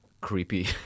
creepy